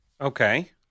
Okay